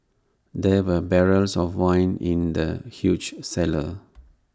there were barrels of wine in the huge cellar